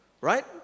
right